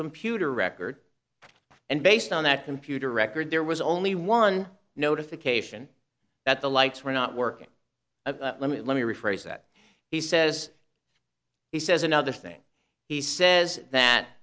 computer record and based on that computer record there was only one notification that the lights were not working let me let me rephrase that he says he says another thing he says